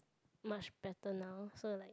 much better now so like